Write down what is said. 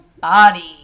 body